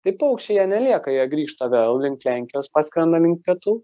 tai paukščiai jie ne lieka jie grįžta vėl link lenkijos paskrenda link pietų